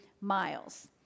miles